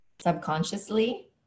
subconsciously